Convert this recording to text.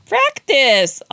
Practice